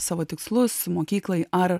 savo tikslus mokyklai ar